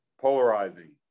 polarizing